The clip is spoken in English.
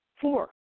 Four